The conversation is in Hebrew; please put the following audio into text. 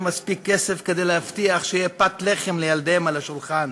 מספיק כסף כדי להבטיח שתהיה פת לחם לילדיהם על שולחנם.